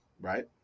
right